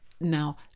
now